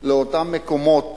לאותם מקומות